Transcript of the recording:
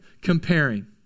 comparing